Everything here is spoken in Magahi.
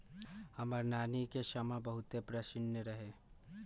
हमर नानी के समा बहुते पसिन्न रहै